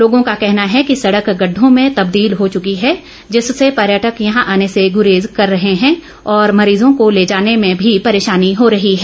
लोगों का कहना है कि सड़क गड़ढों में तबदील हो चुकी है जिससे पर्यटक यहां आने से गुरेज कर रहे हैं और मरीजों को ले जाने में भी परेशानी हो रही है